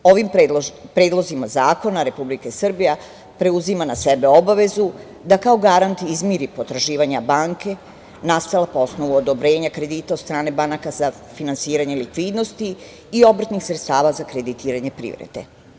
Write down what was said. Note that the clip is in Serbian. Ovim predlozima zakona Republika Srbija preuzima na sebe obavezu da kao garant izmiri potraživanja banke nastala po osnovu odobrenja kredita od strane banaka za finansiranje likvidnosti i obrtnih sredstava za kreditiranje privrede.